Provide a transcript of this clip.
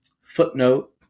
footnote